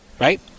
right